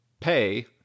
pay